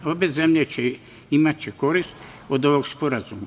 Obe zemlje će imati korist od ovog sporazuma.